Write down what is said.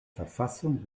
verfassung